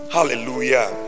Hallelujah